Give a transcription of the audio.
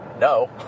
no